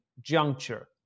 juncture